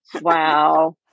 wow